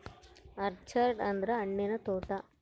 orchard ಅಂದ್ರ ಹಣ್ಣಿನ ತೋಟ